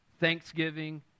thanksgiving